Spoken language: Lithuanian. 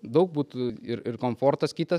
daug butų ir ir komfortas kitas